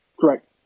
Correct